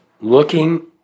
looking